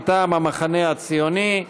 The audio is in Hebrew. מטעם המחנה הציוני.